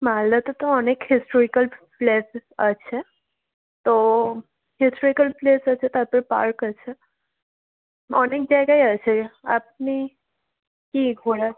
মালদাতে তো অনেক হিস্টোরিকাল প্লেসেস আছে তো হিস্টোরিকাল প্লেস আছে তাতে পার্ক আছে অনেক জায়গাই আছে আপনি কি ঘোরার